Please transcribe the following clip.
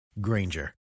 Granger